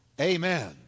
Amen